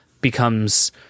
becomes